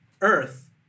Earth